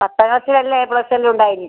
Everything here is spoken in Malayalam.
പത്താം ക്ലാസ്സിലെല്ലം എ പ്ലസ്സ് എല്ലാം ഉണ്ടായിന്